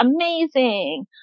amazing